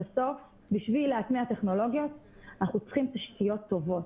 בסוף בשביל להטמיע טכנולוגיות אנחנו צריכים תשתיות טובות.